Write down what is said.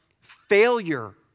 failure